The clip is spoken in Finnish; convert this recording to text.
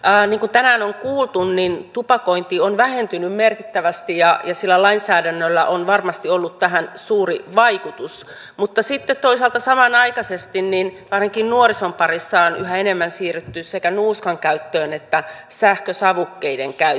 niin kuin tänään on kuultu tupakointi on vähentynyt merkittävästi ja sillä lainsäädännöllä on varmasti ollut tähän suuri vaikutus mutta sitten toisaalta samanaikaisesti ainakin nuorison parissa on yhä enemmän siirrytty sekä nuuskan käyttöön että sähkösavukkeiden käyttöön